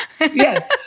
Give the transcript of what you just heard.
yes